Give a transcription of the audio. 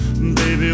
Baby